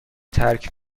ترک